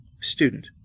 Student